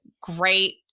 great